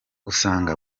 usanga